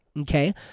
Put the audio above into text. okay